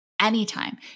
anytime